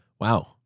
Wow